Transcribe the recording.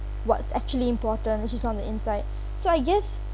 what's actually important which is on the inside so I guess